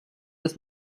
this